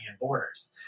borders